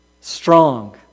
strong